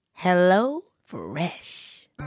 HelloFresh